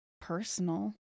personal